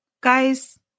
guys